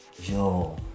Yo